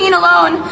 alone